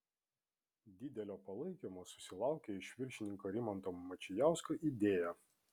didelio palaikymo susilaukė iš viršininko rimanto mačijausko idėja